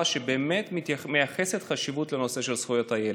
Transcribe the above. שבאמת מייחסת חשיבות לנושא של זכויות הילד.